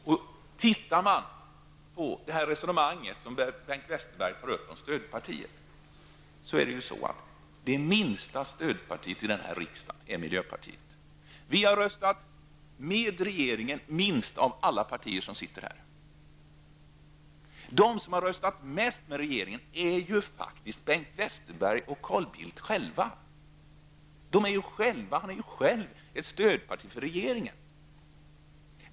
Bengt Westerberg förde ett resonemang om stödpartier. Då vill jag säga att det minsta stödpartiet i denna riksdag är miljöpartiet. Vi har röstat med regeringen minst av alla partier som sitter här. De som har röstat mest med regeringen är faktiskt Bengt Westerberg och Carl Bildt själva. Era partier är ju stödpartier för regeringen.